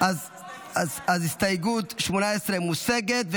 הסתייגות 18 מוסרת.